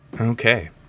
Okay